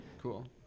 Cool